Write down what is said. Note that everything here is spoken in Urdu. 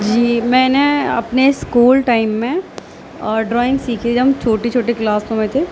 جی میں نے اپنے اسکول ٹائم میں اور ڈرائنگ سیکھے جب چھوٹے چھوٹے کلاسوں میں تو